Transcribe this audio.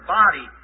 body